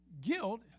guilt